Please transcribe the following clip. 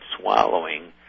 swallowing